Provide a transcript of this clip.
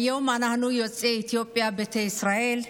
היום אנחנו, יוצאי אתיופיה, ביתא ישראל,